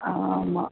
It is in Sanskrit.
आम्